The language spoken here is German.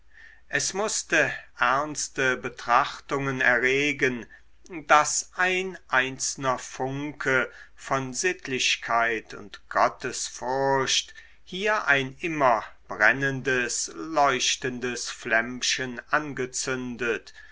es mußte ernste betrachtungen erregen daß ein einzelner funke von sittlichkeit und gottesfurcht hier ein immer brennendes leuchtendes flämmchen angezündet